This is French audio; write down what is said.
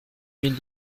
mille